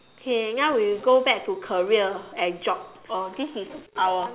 K now we go back to career and job oh this is our